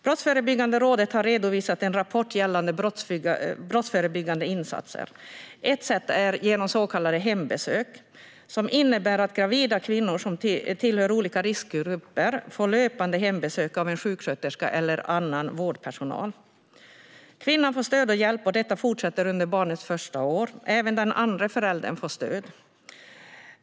Brottsförebyggande rådet har redovisat en rapport gällande brottsförebyggande insatser. Ett sätt är genom så kallade hembesök som innebär att gravida kvinnor som tillhör olika riskgrupper får löpande hembesök av en sjuksköterska eller annan vårdpersonal. Kvinnan får stöd och hjälp, och detta fortsätter under barnets första år. Även den andra föräldern får stöd.